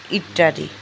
ইত্যাদি